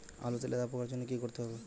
আলুতে লেদা পোকার জন্য কি করতে হবে?